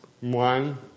One